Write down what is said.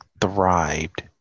Thrived